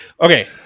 okay